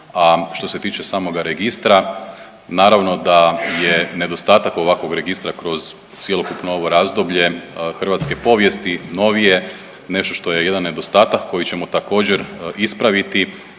A što se tiče samoga registra naravno da je nedostatak ovakvog registra kroz cjelokupno ovo razdoblje hrvatske povijesti novije nešto što je jedan nedostatak koji ćemo također ispraviti